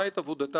בעקבותיה,